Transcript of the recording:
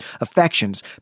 affections